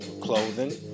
clothing